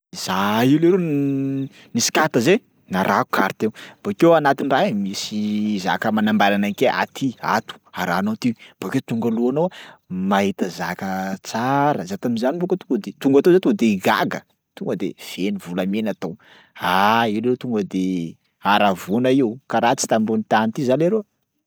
Za io leroa n- nisy carte zay, narahako carte io, bôkeo anatin'raha iny misy zaka manambara anakay: aty, ato arahanao ty, bôkeo tonga aloha anao mahita zaka tsara, za tam'zany bôka tonga de tonga tao za to de gaga, tonga de feno volamena tao, aahh io leroa tonga de haravoana io, karaha tsy tambony tany ty za leroa.